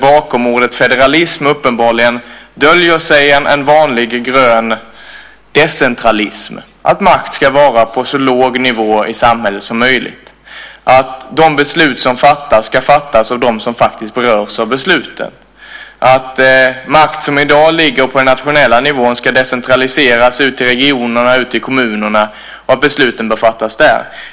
Bakom ordet federalism döljer sig uppenbarligen en vanlig grön decentralism, att makt ska vara på så låg nivå i samhället som möjligt, att de beslut som fattas ska fattas av dem som faktiskt berörs av besluten, att makt som i dag ligger på den nationella nivån ska decentraliseras ut till regionerna och ut till kommunerna och att besluten bör fattas där.